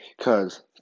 cause